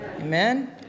Amen